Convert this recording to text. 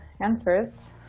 answers